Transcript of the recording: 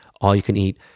all-you-can-eat